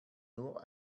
nur